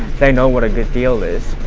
they know what a good deal is,